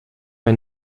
ein